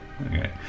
Okay